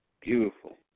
Beautiful